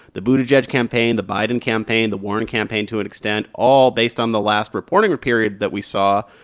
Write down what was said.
the buttigieg campaign, the biden campaign, the warren campaign to an extent, all based on the last reporting period that we saw,